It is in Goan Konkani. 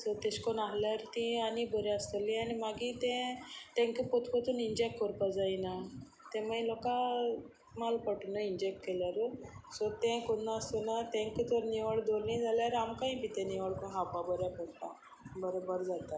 सो तशें करून आसल्यार तीं आनी बरी आसतली आनी मागीर तें तांकां परपरतून इंजेक्ट करपाक जायना तें मागीर लोकां माल पडटा न्हय इंजेक्ट केल्यार सो तें करि नासतना तांकां तर निवळ दवरली जाल्यार आमकांय बी तें निवळ करून खावपा बऱ्या पडटा बरें बरें जाता